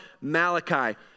Malachi